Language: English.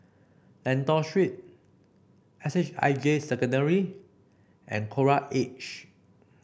Lentor Street S H I J Secondary and Coral Edge